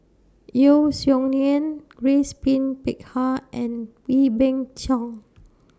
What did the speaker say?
Yeo Song Nian Grace Pin Peck Ha and Wee Beng Chong